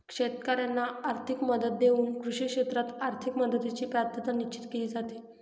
शेतकाऱ्यांना आर्थिक मदत देऊन कृषी क्षेत्रात आर्थिक मदतीची पात्रता निश्चित केली जाते